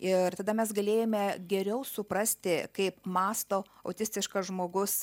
ir tada mes galėjome geriau suprasti kaip mąsto autistiškas žmogus